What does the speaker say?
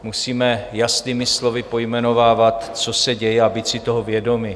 Musíme jasnými slovy pojmenovávat, co se děje, a být si toho vědomi.